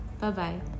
Bye-bye